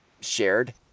shared